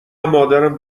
مادرم